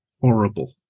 horrible